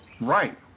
Right